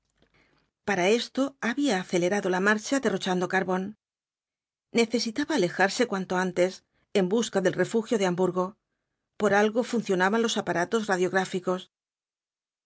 para esto había acelerado la marcha derrochando carbón necesitaba alejarse cuanto antes en busca del refugio de hamburgo por algo funcionaban los aparatos radiográficos